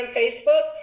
facebook